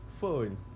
Phone